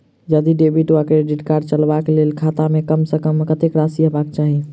यदि डेबिट वा credit card चलबाक कऽ लेल खाता मे कम सऽ कम कत्तेक राशि हेबाक चाहि?